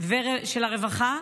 של הרווחה,